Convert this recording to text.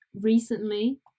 recently